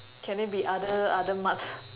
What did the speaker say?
can it be other other muds